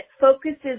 focuses